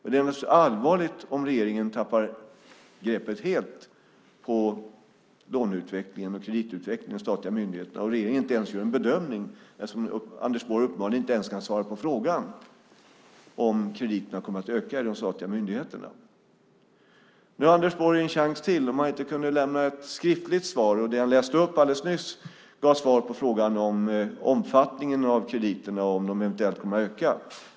Det är naturligtvis allvarligt om regeringen tappar greppet helt i fråga om låneutvecklingen och kreditutvecklingen i de statliga myndigheterna och om regeringen inte ens gör en bedömning eftersom Anders Borg uppenbarligen inte kan svara på frågan om krediterna kommer att öka i de statliga myndigheterna. Nu har Anders Borg en chans till när han inte i det skriftliga svar som han läste upp alldeles nyss gav svar på frågan om omfattningen av krediterna och om de eventuellt kommer att öka.